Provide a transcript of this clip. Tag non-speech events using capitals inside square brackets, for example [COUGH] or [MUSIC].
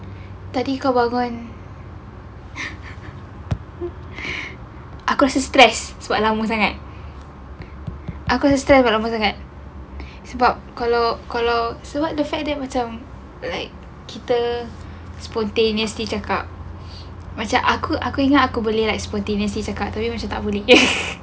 tadi kau bangun [LAUGHS] aku rasa stress sebab lama sangat aku rasa memang lama sangat sebab kalau kalau sebab the fact punya macam like kita spontaneously cakap macam aku aku ingat aku boleh like spontaneously cakap tapi macam tak boleh [LAUGHS]